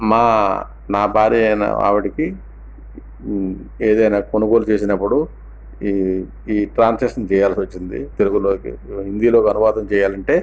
మా నా భార్య అయిన ఆవిడకి ఏదైనా కొనుగోలు చేసినపుడు ఈ ట్రాన్సలేషన్ తీయాల్సివచ్చింది తెలుగులోకి హిందీలోకి అనువాదం చేయాలంటే